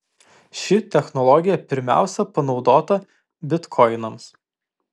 ši technologija pirmiausia panaudota bitkoinams